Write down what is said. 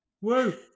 Woo